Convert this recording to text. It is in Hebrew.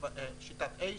שיטת ACE,